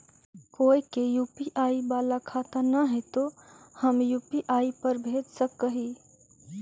कोय के यु.पी.आई बाला खाता न है तो हम यु.पी.आई पर भेज सक ही?